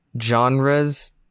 genres